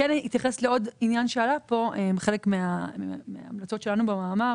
אתייחס לעוד עניין שעלה כאן: אחת ההמלצות שלנו במאמר